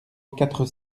quatre